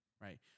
right